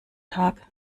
tag